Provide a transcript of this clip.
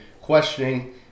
questioning